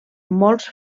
molts